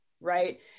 right